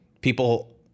people